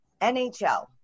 NHL